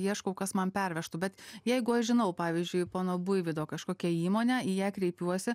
ieškau kas man pervežtų bet jeigu aš žinau pavyzdžiui pono buivydo kažkokią įmonę į ją kreipiuosi